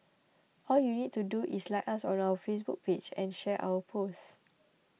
all you need to do is like us on our Facebook page and share our post